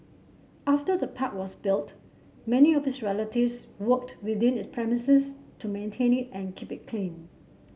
after the park was built many of his relatives worked within its premises to maintain it and keep it clean